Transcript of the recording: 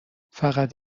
فقط